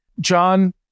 John